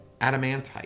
adamantite